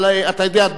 אבל אתה יודע,